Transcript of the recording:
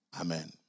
Amen